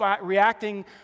reacting